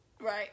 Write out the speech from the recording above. Right